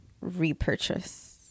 repurchase